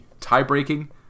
tie-breaking